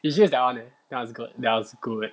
you should use that [one] leh that one's good that one's good